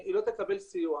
היא לא תקבל סיוע.